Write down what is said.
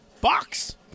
Box